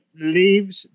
leaves